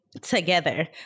together